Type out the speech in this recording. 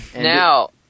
Now